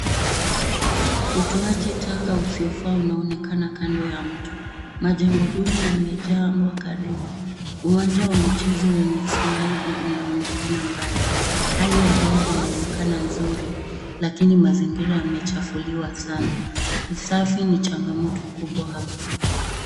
Utoaji taka usiofaa unaonekana kando ya mto. Majengo duni yamejengwa karibu. Uwanja wa michezo wenye slaidi unaonekana mbali. Hali ya hewa inaonekana nzuri lakini mazingira yamechafuliwa sana. Usafi ni changamoto kubwa hapa.